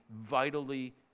vitally